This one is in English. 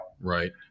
Right